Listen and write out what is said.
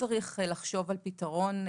או